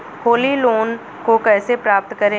Holi loan को कैसे प्राप्त करें?